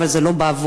אבל זה לא בעבורי,